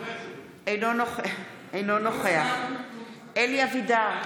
אינו נוכח אלי אבידר,